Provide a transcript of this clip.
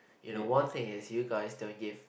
you know one thing is you guys don't give